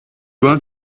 one